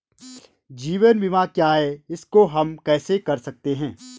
जीवन बीमा क्या है इसको हम कैसे कर सकते हैं?